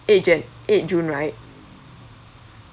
eight jan eight june right